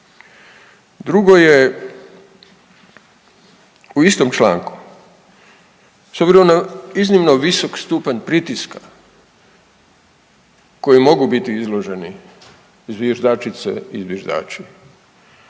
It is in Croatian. Drugo je u istom članku, s obzirom na visok stupanj pritiska kojem mogu biti izloženi zviždačice i zviždači